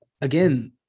again